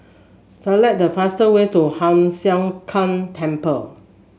select the fast way to Hoon Sian Keng Temple